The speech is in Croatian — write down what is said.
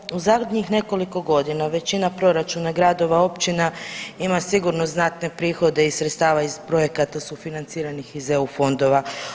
Dakle u zadnjih nekoliko godina, većina proračuna gradova, općina ima sigurno znatne prihode i sredstava iz projekata sufinanciranih iz EU fondova.